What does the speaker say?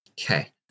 Okay